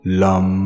lum